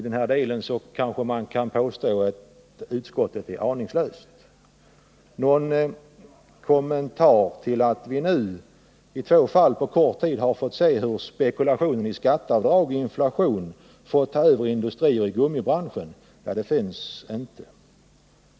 Man kan kanske påstå att utskottet i denna del har visat sig aningslöst. Någon kommentar med anledning av att vi nu har sett hur i två fall under en kort tid spekulationen i skatteavdrag och inflation fått ta över industrier i gummibranschen finns inte.